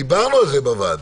דיברנו על זה בוועדה,